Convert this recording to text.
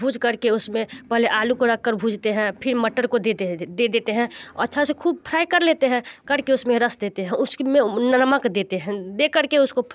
भूजकर के उसमें पहले आलू को रखकर भूजते हैं फिर मटर को देते हैं दे देते हैं अच्छा से खूब फ्राय कर लेते हैं कर के उसमें रस देते हैं उसकी में नमक देते हैं देकर के उसको